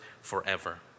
forever